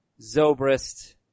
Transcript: Zobrist